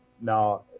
Now